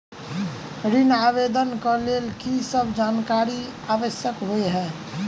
ऋण आवेदन केँ लेल की सब जानकारी आवश्यक होइ है?